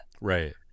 right